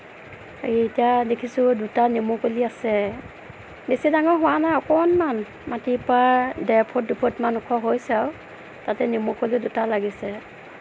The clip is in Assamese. এতিয়া দেখিছোঁ দুটা নেমু কলি আছে বেছি ডাঙৰ হোৱা নাই অকণমান মাটিৰ পৰা দেৰ ফুট দুই ফুটমান ওখ হৈছে আও তাতে নেমু কলিও দুটা লাগিছে